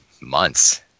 months